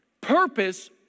purpose